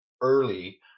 early